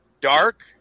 dark